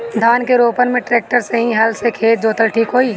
धान के रोपन मे ट्रेक्टर से की हल से खेत जोतल ठीक होई?